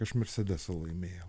aš mersedesą laimėjau